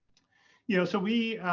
you know, so we,